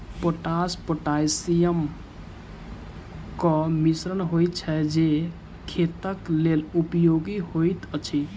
potash पोटासियमक मिश्रण होइत छै जे खेतक लेल उपयोगी होइत अछि